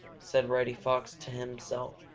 said reddy fox to himself.